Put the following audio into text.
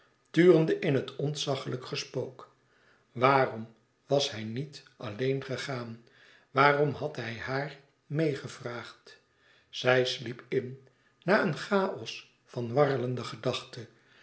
turende in het ontzaglijk gespook waarom was hij niet alleen gegaan waarom had hij haar meêgevraagd zij sliep in na een chaos van warrelende gedachten